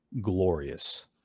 glorious